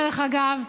דרך אגב,